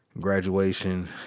graduation